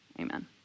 Amen